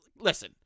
listen